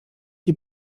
die